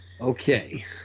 Okay